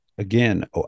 again